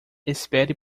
espere